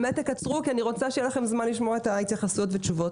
באמת תקצרו כי אני רוצה שיהיה לכם זמן לשמוע את ההתייחסויות ותשובות.